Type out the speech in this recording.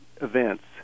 events